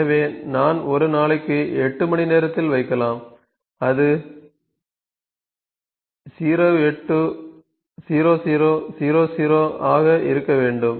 எனவே நான் ஒரு நாளைக்கு 8 மணிநேரத்தில் வைக்கலாம் அது 080000 ஆக இருக்க வேண்டும்